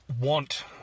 want